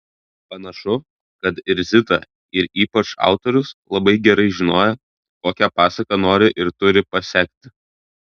panašu kad ir zita ir ypač autorius labai gerai žinojo kokią pasaką nori ir turi pasekti